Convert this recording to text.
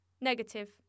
negative